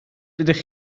dydych